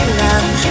love